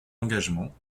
engagements